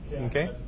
Okay